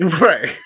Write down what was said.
Right